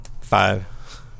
Five